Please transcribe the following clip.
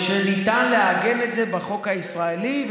וניתן לעגן את זה בחוק הישראלי,